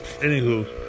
anywho